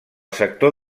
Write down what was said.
sector